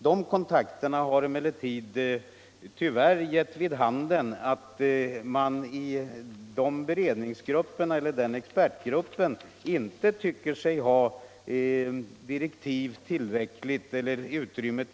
Dessa kontakter har emellertid tyvärr gett vid handen att expertgruppen inte anser sig ha tillräckligt utrymme